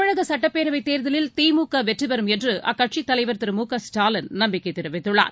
தமிழகசட்டப்பேரவைத் தேர்தலில் திமுகவெற்றிபெறும் என்றுஅக்கட்சித் தலைவர் திரு மு க ஸ்டாலின் நம்பிக்கைதெரிவித்துள்ளார்